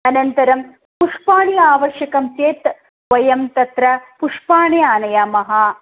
अनन्तरं पुष्पाणि आवश्यकं चेत् वयं तत्र पुष्पाणि आनयामः